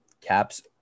Caps –